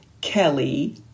Kelly